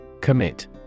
Commit